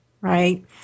right